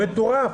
מטורף.